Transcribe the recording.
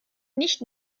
nicht